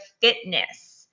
fitness